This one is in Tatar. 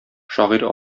шагыйрь